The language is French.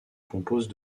compose